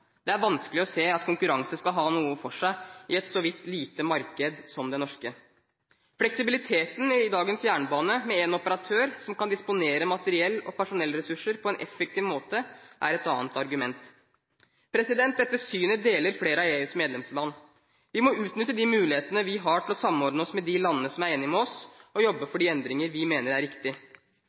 Det er vanskelig å se at konkurranse skal ha noe for seg i et så vidt lite marked som det norske. Fleksibiliteten i dagens jernbane, med en operatør som kan disponere materiell og personellressurser på en effektiv måte, er et annet argument. Dette synet deler flere av EUs medlemsland. Vi må utnytte de mulighetene vi nå har til å samordne oss med de landene som er enige med oss, og jobbe for de endringer vi mener er